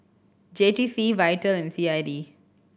J T C Vital and C I D